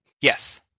Yes